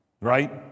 right